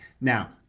Now